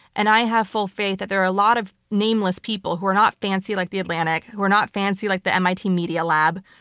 and i have full faith that there are a lot of nameless people who are not fancy like the atlantic, who are not fancy like the mit media lab,